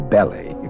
Belly